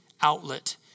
outlet